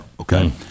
okay